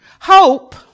Hope